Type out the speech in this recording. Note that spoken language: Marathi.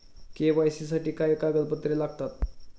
के.वाय.सी साठी काय कागदपत्रे लागतात?